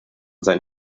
sein